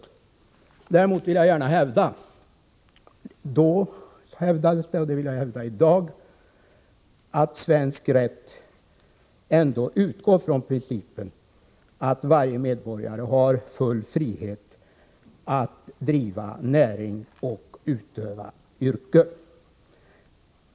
Jag vill emellertid gärna hävda — det hävdades förra gången och jag hävdar det alltså även i dag — att svensk rätt ändå utgår från principen att varje medborgare har full frihet att driva näring och utöva yrke.